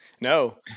No